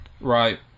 Right